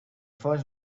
first